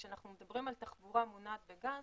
כשאנחנו מדברים על תחבורה מונעת בגז,